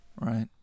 Right